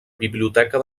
biblioteca